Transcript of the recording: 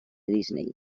disney